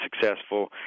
successful